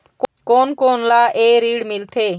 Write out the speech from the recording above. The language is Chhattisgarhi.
कोन कोन ला ये ऋण मिलथे?